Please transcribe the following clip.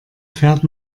fährt